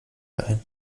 ein